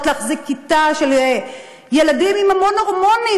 להחזיק כיתה של ילדים עם המון הורמונים,